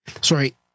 sorry